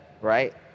right